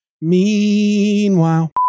meanwhile